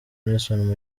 nelson